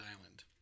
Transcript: island